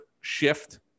shift